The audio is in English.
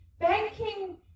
banking